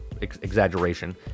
exaggeration